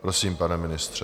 Prosím, pane ministře.